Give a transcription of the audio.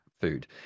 Food